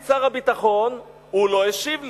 שאלתי את שר הביטחון, הוא לא השיב לי.